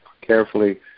carefully